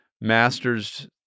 master's